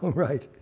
right,